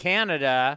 Canada